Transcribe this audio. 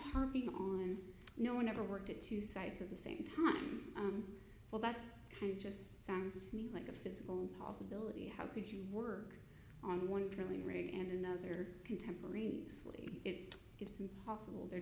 harping on no one ever worked at two sides of the same time well that kind of just sounds to me like a physical impossibility how could you work on one drilling rig and another contemporaneously it it's impossible they're